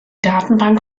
datenbank